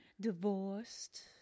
Divorced